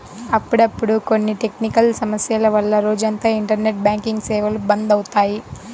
అప్పుడప్పుడు కొన్ని టెక్నికల్ సమస్యల వల్ల రోజంతా ఇంటర్నెట్ బ్యాంకింగ్ సేవలు బంద్ అవుతాయి